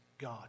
God